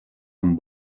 amb